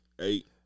eight